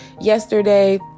yesterday